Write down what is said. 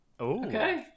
Okay